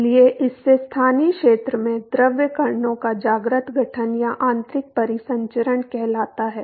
इसलिए इससे स्थानीय क्षेत्र में द्रव कणों का जाग्रत गठन या आंतरिक परिसंचरण कहलाता है